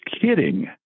kidding